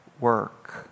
work